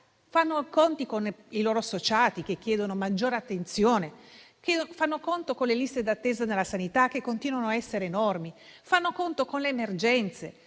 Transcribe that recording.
fanno i conti con i loro associati, che chiedono maggiore attenzione, fanno i conti con le liste d'attesa nella sanità, che continuano a essere enormi, fanno i conti con le emergenze.